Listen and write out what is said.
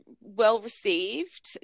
well-received